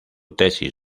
tesis